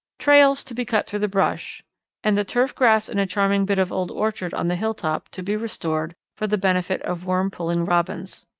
trails to be cut through the brush and the turf grass in a charming bit of old orchard on the hilltop, to be restored for the benefit of worm-pulling robins.